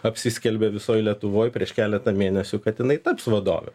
apsiskelbė visoj lietuvoj prieš keletą mėnesių kad jinai taps vadove